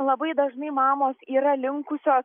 labai dažnai mamos yra linkusios